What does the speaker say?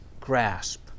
grasp